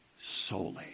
Solely